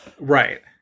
Right